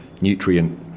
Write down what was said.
nutrient